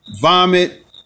vomit